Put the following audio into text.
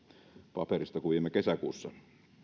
paperista kuin viime kesäkuussa